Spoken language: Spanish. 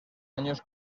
años